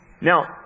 Now